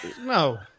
no